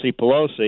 Pelosi